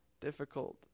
difficult